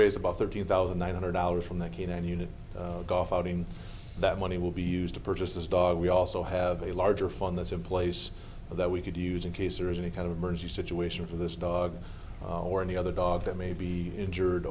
raise about thirteen thousand nine hundred dollars from the k nine unit golf outing that money will be used to purchase this dog we also have a larger fund that's in place that we could use in case there is any kind of emergency situation for this dog or any other dog that may be injured